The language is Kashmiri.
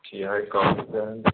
چھِ یِہٲے کٲمٕے کران